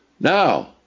Now